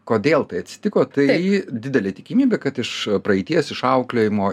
kodėl tai atsitiko tai didelė tikimybė kad iš praeities išauklėjimo